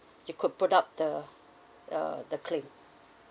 you could put up the the the claim